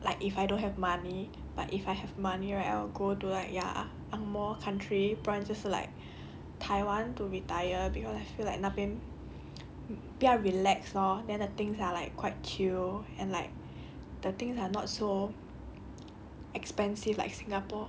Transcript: I will go to a nursing home like if I don't have money but if I have money right I will go to like ya angmoh country branches like taiwan to retire cause I feel like 那边比较 relax lor then the things are like quite chill and like the things are not so